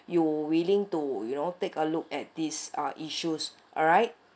you're willing to you know take a look at these uh issues alright